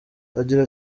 agira